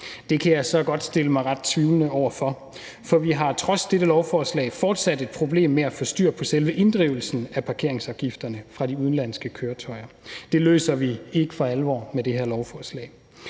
Det kan jeg så godt stille mig ret tvivlende over for, for vi har trods dette lovforslag fortsat et problem med at få styr på selve inddrivelsen af parkeringsafgifterne fra de udenlandske køretøjer. Det løser vi ikke for alvor med det her lovforslag.